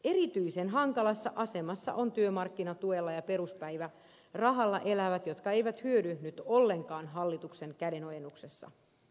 erityisen hankalassa asemassa ovat työmarkkinatuella ja peruspäivärahalla elävät jotka eivät hyödy nyt ollenkaan hallituksen kädenojennuksesta